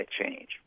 change